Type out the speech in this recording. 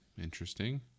Interesting